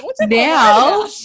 now